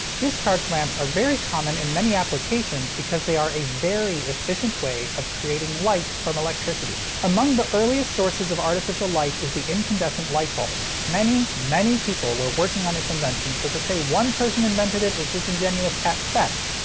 discharge lamps are very common in many applications because they are a very efficient way of creating light from electricity. among the earliest sources of artificial light is the incandescent light bulb. many, many people were working on its invention, so to say one person invented it is disingenuous at best,